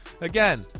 Again